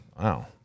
Wow